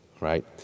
right